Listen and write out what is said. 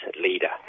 leader